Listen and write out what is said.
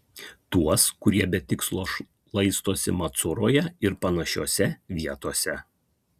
tuos kurie be tikslo šlaistosi macuroje ir panašiose vietose